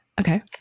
Okay